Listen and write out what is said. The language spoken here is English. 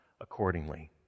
accordingly